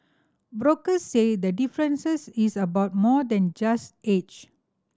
brokers say the differences is about more than just age